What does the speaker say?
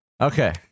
Okay